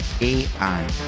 AI